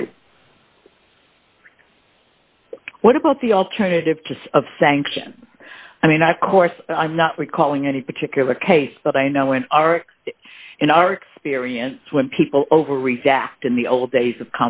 do what about the alternative to sort of sanction i mean i course i'm not recalling any particular case but i know in our in our experience when people overreact in the old days of